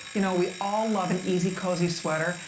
you know we all love and easy cozy sweater.